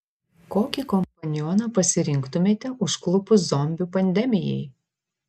kokį kompanioną pasirinktumėte užklupus zombių pandemijai